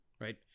Right